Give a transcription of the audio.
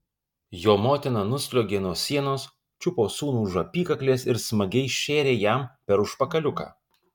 jo motina nusliuogė nuo sienos čiupo sūnų už apykaklės ir smagiai šėrė jam per užpakaliuką